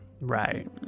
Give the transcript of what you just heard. right